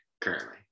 currently